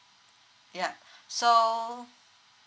yup so